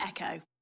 Echo